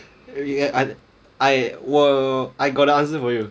you you I I 我 I got the answer for you